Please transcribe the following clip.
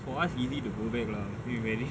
for us easy to go back lah maybe very